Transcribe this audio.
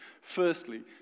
Firstly